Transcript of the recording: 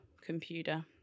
computer